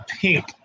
pink